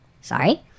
sorry